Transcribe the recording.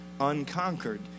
unconquered